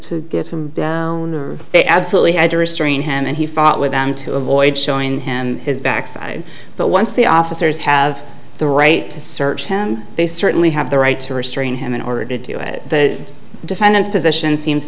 activity they absolutely had to restrain him and he fought with them to avoid showing him his backside but once the officers have the right to search him they certainly have the right to restrain him in order to do it the defendant's position seems